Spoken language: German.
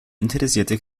interessierte